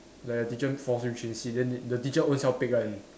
like the teacher force you change seat then the teacher own self pick one